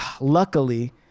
Luckily